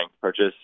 purchase